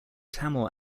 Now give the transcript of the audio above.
tamil